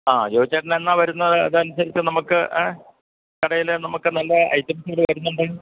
ആ ജോയിച്ചേട്ടൻ എന്നാണ് വരുന്നത് അത് അനുസരിച്ച് നമുക്ക് ഏ കടയിൽ നമുക്ക് നല്ല ഐറ്റംസുകൾ വരുന്നുണ്ട്